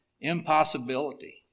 impossibility